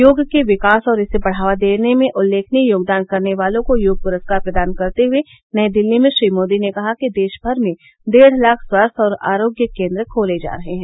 योग के विकास और इसे बढ़ावा देने में उल्लेखनीय योगदान करने वालों को योग पुरस्कार प्रदान करते हुए नई दिल्ली में श्री मोदी ने कहा कि देश भर में डेढ़ लाख स्वास्थ्य और आरोग्य केन्द्र खोले जा रहे हैं